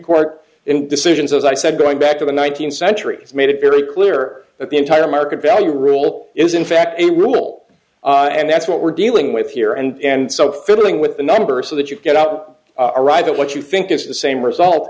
court decisions as i said going back to the nineteenth century has made it very clear that the entire market value rule is in fact in rule and that's what we're dealing with here and so fiddling with the numbers so that you get out arrive at what you think is the same result